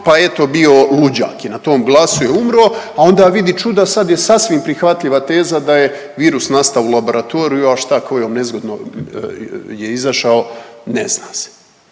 je eto bio luđak i na tom glasu je umro. A onda vidi čuda sad je sasvim prihvatljiva teza da je virus nastao u laboratoriju, a šta, kojom nezgodom je izašao ne zna se.